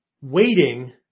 Waiting